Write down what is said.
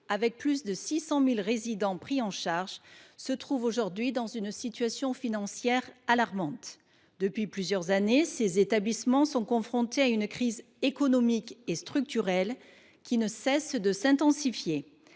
avec plus de 600 000 résidents pris en charge, se trouvent aujourd’hui dans une situation financière alarmante. Depuis plusieurs années, ces établissements sont confrontés à une crise économique et structurelle qui ne cesse de s’aggraver.